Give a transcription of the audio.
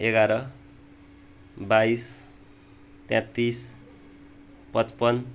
एघार बाइस तेत्तिस पचपन्न